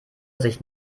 sich